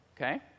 okay